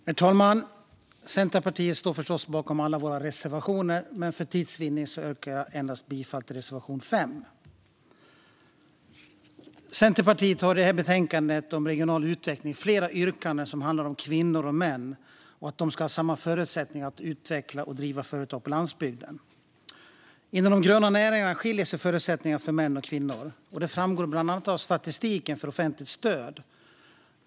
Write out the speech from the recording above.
Herr talman! Centerpartiet står förstås bakom alla sina reservationer, men för tids vinning yrkar jag bifall endast till reservation 5. Centerpartiet har i detta betänkande om regional utveckling flera yrkanden som handlar om att kvinnor och män ska ha samma förutsättningar att utveckla och driva företag på landsbygden. Inom de gröna näringarna skiljer sig förutsättningarna för män och kvinnor. Det framgår bland annat av statistiken för offentligt stöd.